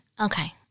Okay